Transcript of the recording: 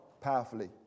powerfully